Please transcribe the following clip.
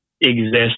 exist